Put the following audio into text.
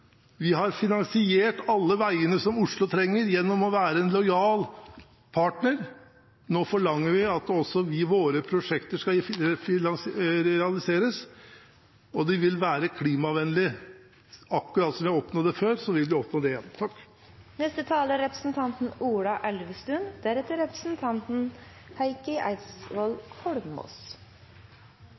Vi har finansiert alle veiene som Oslo trenger, gjennom å være en lojal partner. Nå forlanger vi at også våre prosjekter skal realiseres, og de vil være klimavennlige. På akkurat samme måte som vi har oppnådd det før, vil vi oppnå det igjen.